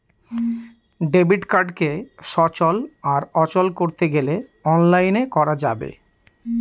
debit কার্ডকে সচল আর অচল করতে গেলে অনলাইনে করা যাবে